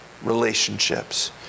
relationships